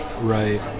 Right